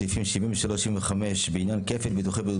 סעיפים 73-75 (בעניין כפל ביטוח בריאות),